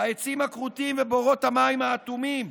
העצים הכרותים ובורות המים האטומים,